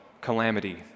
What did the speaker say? calamity